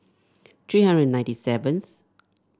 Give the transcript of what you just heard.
three hundred and ninety seventh